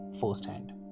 firsthand